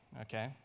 okay